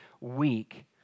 weak